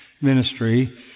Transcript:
ministry